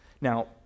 Now